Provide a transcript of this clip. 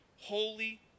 holy